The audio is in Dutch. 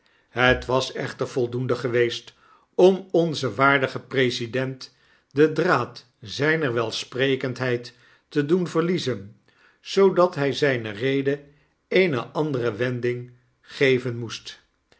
het was echter voldoende geweest om onzen waardigen president den draad zyner welsprekendheid te doen verliezen zoodat hy zyne rede eene andere wending geven moest